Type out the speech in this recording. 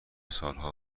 سالها